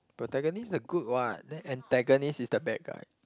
protagonist is the good what then antagonist is the bad guy